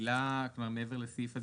מעבר לסעיף הדיווח,